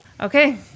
Okay